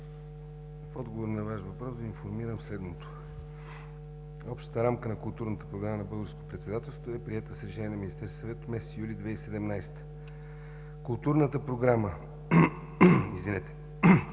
В отговор на Вашия въпрос Ви информирам следното. Общата рамка на културната програма на Българското председателство е приета с решение на Министерския съвет през месец юли 2017 г. Културната програма на